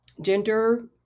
gender